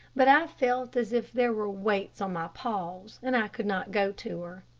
but i felt as if there were weights on my paws, and i could not go to her.